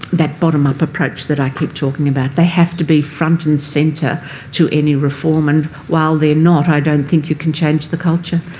that bottom-up approach that i keep talking about. they have to be front and centre to any reform, and while they're and not, i don't think you can change the culture.